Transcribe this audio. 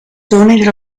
donated